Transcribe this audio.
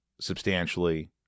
substantially